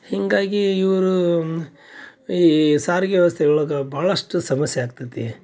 ಹೀಗಾಗಿ ಇವರು ಈ ಸಾರಿಗೆ ವ್ಯವಸ್ಥೆಗಳ್ಗ ಬಹಳಷ್ಟು ಸಮಸ್ಯೆ ಆಗ್ತತಿ